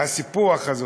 הסיפוח הזוחל,